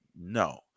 No